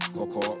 Coco